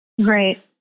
Right